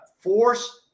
force